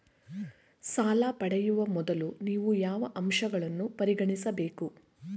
ಸಾಲ ಪಡೆಯುವ ಮೊದಲು ನೀವು ಯಾವ ಅಂಶಗಳನ್ನು ಪರಿಗಣಿಸಬೇಕು?